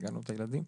ארגנו את הילדים.